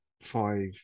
five